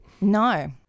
No